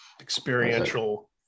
experiential